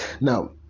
Now